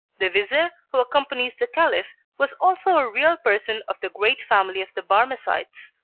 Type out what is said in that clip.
the vizir who accompanies the caliph was also a real person of the great family of the barmecides.